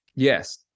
Yes